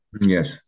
Yes